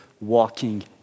walking